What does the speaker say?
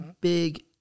big